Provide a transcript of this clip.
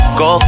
go